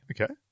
Okay